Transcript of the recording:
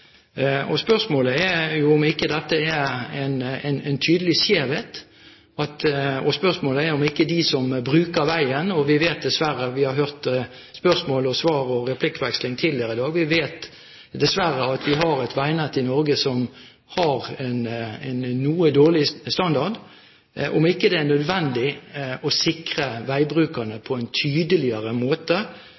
Spørsmålet er om ikke dette er en tydelig skjevhet, og om det ikke er nødvendig å sikre veibrukerne på en tydeligere måte mot ulykker – vi har hørt spørsmål og svar og replikkveksling tidligere i dag og vet dessverre at vi har et veinett i Norge som har en noe dårlig standard – fordi det faktisk er